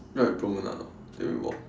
alight at Promenade orh then we walk